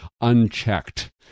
unchecked